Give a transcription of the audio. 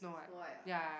snow-white ah